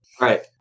right